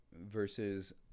versus